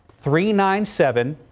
three, nine, seven,